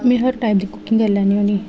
में हर टाइप दी कुकिंग करी लैन्नी होन्नी